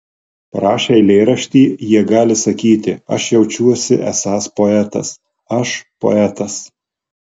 parašę eilėraštį jie gali sakyti aš jaučiuosi esąs poetas aš poetas